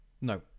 no